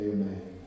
Amen